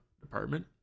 department